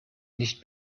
nicht